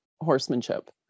horsemanship